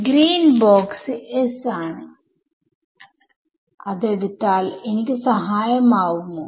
green box S ആണ് അതെടുത്താൽ എനിക്ക് സഹായമാവുമോ